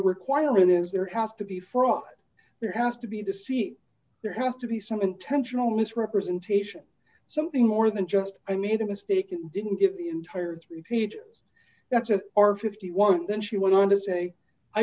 requirement is there have to be fraud there has to be deceit there have to be some intentional misrepresentation something more than just i made a mistake and didn't give the entire repeat that's a r fifty one then she went on to say i